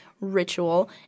ritual